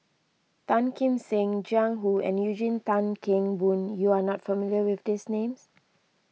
Tan Kim Seng Jiang Hu and Eugene Tan Kheng Boon you are not familiar with these names